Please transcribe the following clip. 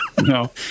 No